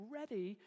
ready